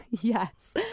yes